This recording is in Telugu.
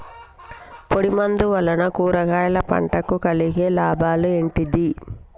పొడిమందు వలన కూరగాయల పంటకు కలిగే లాభాలు ఏంటిది?